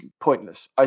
pointless